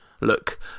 look